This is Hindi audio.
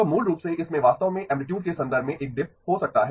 तो मूल रूप से इसमे वास्तव में ऐमप्लितुड के संदर्भ में एक दिप हो सकता है